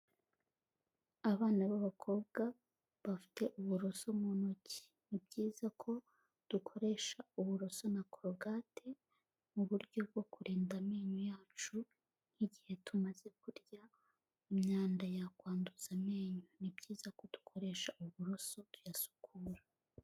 Abana b'abakobwa, bafite uburoso mu ntoki. Ni byiza ko dukoresha uburoso na Korogate mu buryo bwo kurinda amenyo yacu nk'igihe tumaze kurya imyanda yakwanduza amenyo. Ni byiza ko dukoresha uburoso tuyasukura.